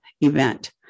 event